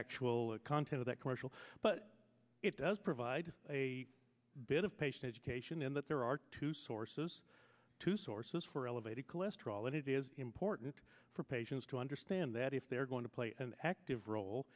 actual content of that commercial but it does provide a bit of patient education in that there are two sources two sources for elevated cholesterol and it is important for patients to understand that if they're going to play an active role